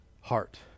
heart